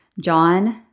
John